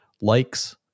likes